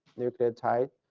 nucleotide.